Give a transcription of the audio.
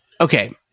okay